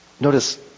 Notice